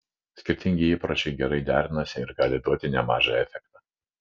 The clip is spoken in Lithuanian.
skirtingi įpročiai gerai derinasi ir gali duoti nemažą efektą